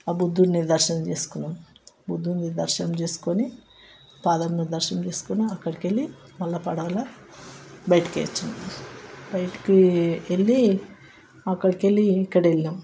ఆ బుద్ధుని దర్శనం చేసుకున్నాం బుద్ధుని దర్శనం చేసుకొని పాదంను దర్శనం చేసుకుని అక్కడికి వెళ్ళి మళ్ళా పడవలో బయటికి వచ్చినాం బయటికి వెళ్ళి అక్కడికి వెళ్ళి ఇక్కడికి వెళ్ళినాం